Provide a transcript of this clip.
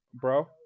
bro